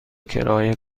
کرایه